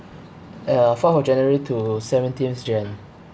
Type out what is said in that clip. uh fourth of january to seventeenth jan